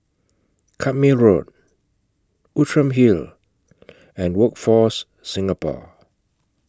Carpmael Road Outram Hill and Workforce Singapore